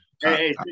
Hey